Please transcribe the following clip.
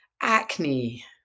acne